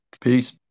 Peace